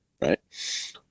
right